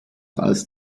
als